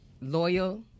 loyal